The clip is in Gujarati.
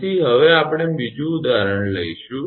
તેથી હવે આપણે બીજું ઉદાહરણ લઈશું